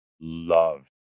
love